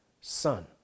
son